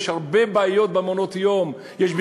יש הרבה בעיות במעונות-היום, 700